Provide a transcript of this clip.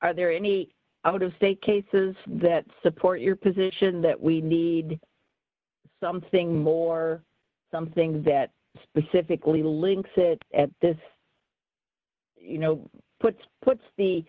are there any out of state cases that support your position that we need something more something that specifically links it at this you know puts puts the